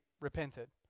repented